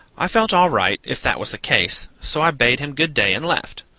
i felt all right, if that was the case, so i bade him good-day and left.